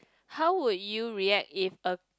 how would you react if a